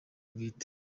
bwite